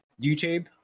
YouTube